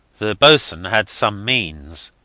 the boatswain had some means,